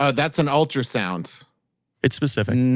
ah that's an ultrasound it's specific